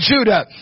Judah